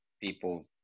people